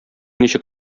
ничек